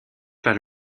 par